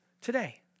today